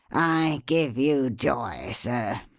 i give you joy sir!